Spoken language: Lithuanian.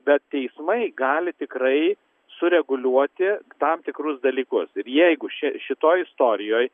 bet teismai gali tikrai sureguliuoti tam tikrus dalykus ir jeigu še šitoj istorijoj